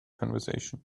conversation